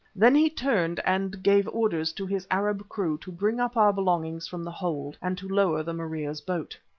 then he turned and gave orders to his arab crew to bring up our belongings from the hold and to lower the maria's boat.